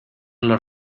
los